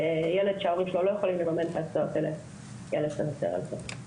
ילד שההורים שלו לא יכולים לממן את ההסעות האלה ייאלץ לוותר על זה.